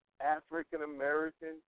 African-American